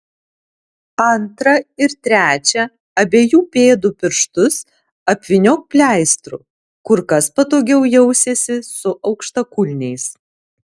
antrą ir trečią abiejų pėdų pirštus apvyniok pleistru kur kas patogiau jausiesi su aukštakulniais